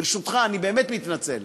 ברשותך, אני באמת מתנצל.